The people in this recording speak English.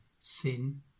sin